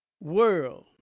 world